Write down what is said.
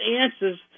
answers